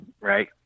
right